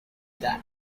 that